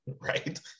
Right